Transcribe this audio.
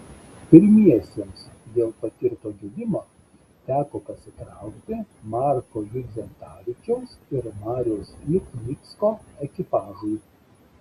pirmiesiems dėl patirto gedimo teko pasitraukti marko judzentavičiaus ir mariaus lipnicko ekipažui